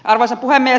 arvoisa puhemies